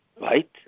Right